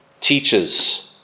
teaches